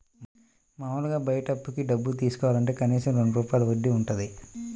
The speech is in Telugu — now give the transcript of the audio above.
మాములుగా బయట అప్పుకి డబ్బులు తీసుకోవాలంటే కనీసం రెండు రూపాయల వడ్డీ వుంటది